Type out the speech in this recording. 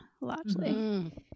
largely